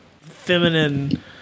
feminine